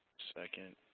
second.